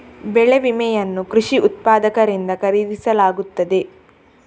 ಬೆಳೆ ವಿಮೆಯನ್ನು ಕೃಷಿ ಉತ್ಪಾದಕರಿಂದ ಖರೀದಿಸಲಾಗುತ್ತದೆ